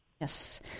Yes